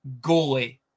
goalie